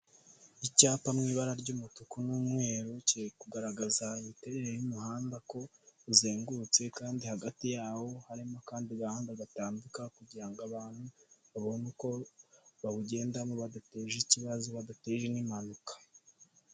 Icyapa mu ibara ry'umutuku n'umweru. kiri kugaragaza imiterere y'umuhanda ko uzengurutse kandi hagati yawo harimo kandi agahanda gatambuka kugira ngo abantu babone uko bawugendamo badateje ikibazo badateje n'impanuka.